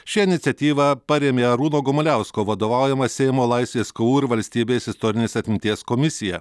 šią iniciatyvą parėmė arūno gumuliausko vadovaujama seimo laisvės kovų ir valstybės istorinės atminties komisija